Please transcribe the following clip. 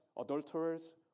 adulterers